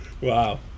Wow